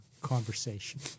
conversation